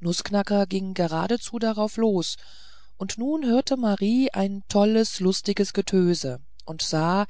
nußknacker ging geradezu darauf los und nun hörte marie ein tolles lustiges getöse und sah